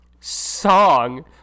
song